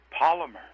polymer